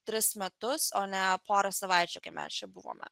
tris metus o ne porą savaičių kai mes čia buvome